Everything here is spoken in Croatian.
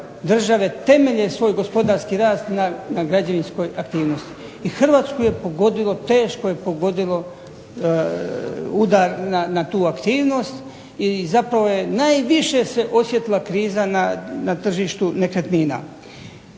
Hrvatsku je pogodilo, teško je pogodilo udar na tu aktivnost i zapravo se najviše osjetila kriza na tržištu nekretnina.